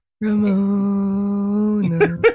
Ramona